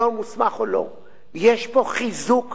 יש פה חיזוק משמעותי ביותר